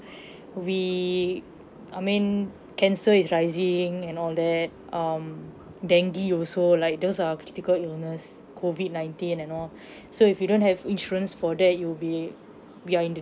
we I mean cancer is rising and all that um dengue also like those are critical illness COVID nineteen and all so if you don't have insurance for that you'll be ya in the